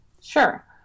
Sure